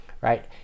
right